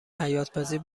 حیاتپذیر